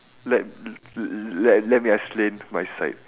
let let let me explain my side